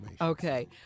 Okay